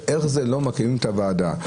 ואיך זה שלא מקימים את הוועדה?